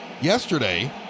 yesterday